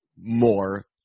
more